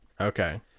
Okay